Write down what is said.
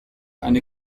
eine